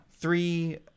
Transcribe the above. Three